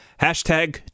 Hashtag